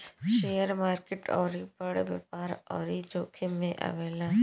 share market अउरी बड़ व्यापार अउरी जोखिम मे आवेला